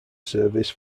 service